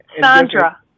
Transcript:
Sandra